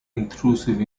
intrusive